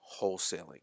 wholesaling